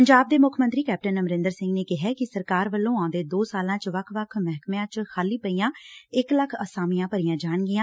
ਪੰਜਾਬ ਦੇ ਮੁੱਖ ਮੰਤਰੀ ਕੈਪਟਨ ਅਮਰੰਦਰ ਸਿੰਘ ਨੇ ਕਿਹੈ ਕਿ ਸਰਕਾਰ ਵੱਲੋਂ ਆਉਂਦੇ ਦੋ ਸਾਲਾਂ ਚ ਵੱਖ ਵੱਖ ਮਹਿਕਮਿਆਂ ਚ ਖਾਲੀ ਪਈਆਂ ਇਕ ਲੱਖ ਅਸਾਮੀਆਂ ਭਰੀਆਂ ਜਾਣਗੀਆਂ